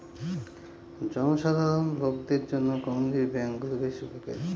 জনসাধারণ লোকদের জন্য কমিউনিটি ব্যাঙ্ক গুলো বেশ উপকারী